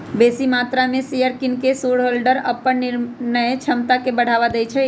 बेशी मत्रा में शेयर किन कऽ शेरहोल्डर अप्पन निर्णय क्षमता में बढ़ा देइ छै